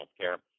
healthcare